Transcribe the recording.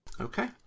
Okay